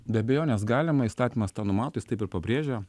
be abejonės galima įstatymas tą numato jis taip ir pabrėžia